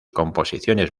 composiciones